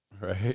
Right